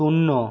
শূন্য